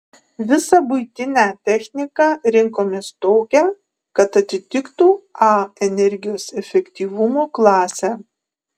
visą buitinę techniką rinkomės tokią kad atitiktų a energijos efektyvumo klasę